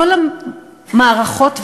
כל המערכות,